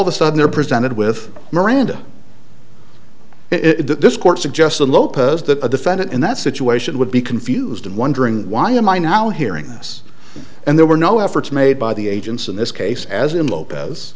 of a sudden you're presented with miranda it that this court suggested lopez that a defendant in that situation would be confused and wondering why am i now hearing this and there were no efforts made by the agents in this case as in lopez